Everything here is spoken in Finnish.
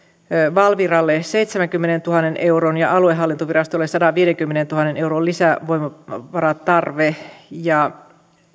valviralle seitsemänkymmenentuhannen euron ja aluehallintovirastolle sadanviidenkymmenentuhannen euron lisävoimavaratarve